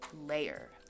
layer